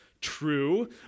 true